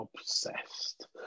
obsessed